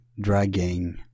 dragging